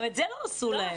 גם את זה לא עשו להם.